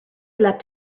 leapt